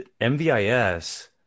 MVIS